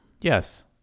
Yes